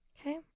Okay